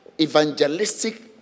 evangelistic